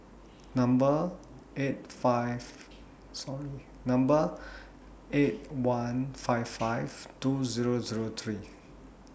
Number eight five sorry Number eight one five five two Zero Zero three